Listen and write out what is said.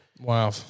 wow